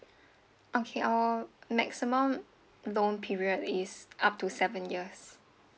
okay our maximum loan period is up to seven years